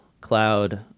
cloud